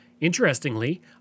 Interestingly